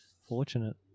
fortunate